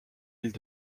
ville